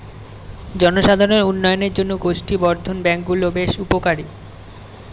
জনসাধারণের উন্নয়নের জন্য গোষ্ঠী বর্ধন ব্যাঙ্ক গুলো বেশ উপকারী